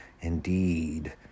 Indeed